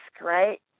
right